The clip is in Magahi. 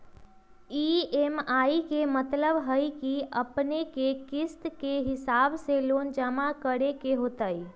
ई.एम.आई के मतलब है कि अपने के किस्त के हिसाब से लोन जमा करे के होतेई?